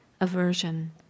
aversion